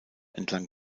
entlang